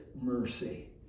mercy